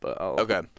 Okay